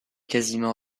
quasiment